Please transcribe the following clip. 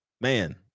man